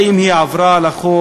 האם היא עברה על החוק?